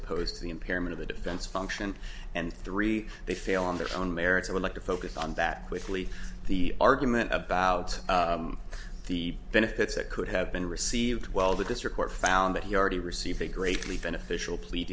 opposed to the impairment of the defense function and three they fail on their own merits i would like to focus on that quickly the argument about the benefits that could have been received well that this report found that he already received a greatly beneficial plea